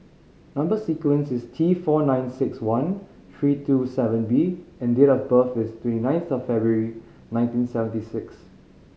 number sequence is T four nine six one three two seven B and date of birth is twenty ninth February nineteen seventy six